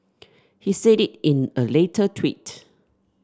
he said it in a later tweet